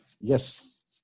yes